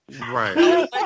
Right